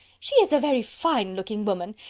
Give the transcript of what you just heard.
she is a very fine-looking woman!